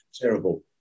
terrible